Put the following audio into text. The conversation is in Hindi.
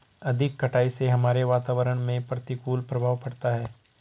अधिक कटाई से हमारे वातावरण में प्रतिकूल प्रभाव पड़ता है